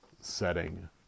setting